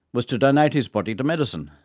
was to donate his body to medicine.